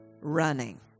running